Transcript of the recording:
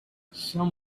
some